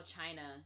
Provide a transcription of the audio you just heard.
China